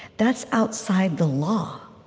that's outside the law.